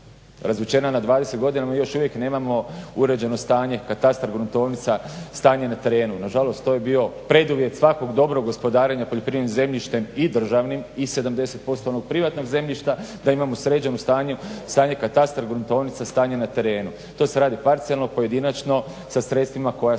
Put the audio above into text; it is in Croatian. razvučena na 20 godina, no mi još uvijek nemamo uređeno stanje katastra, gruntovnica, stanje na terenu. Na žalost to je bio preduvjet svakog dobrog gospodarenja poljoprivrednim zemljištem i državnim, i 70% onog privatnog zemljišta da imamo sređeno stanje katastra, gruntovnice, stanje na terenu. To se radi parcijalno, pojedinačno sa sredstvima koja smo